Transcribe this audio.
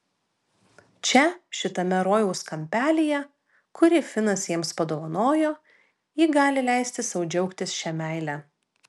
čia šitame rojaus kampelyje kurį finas jiems padovanojo ji gali leisti sau džiaugtis šia meile